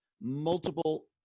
multiple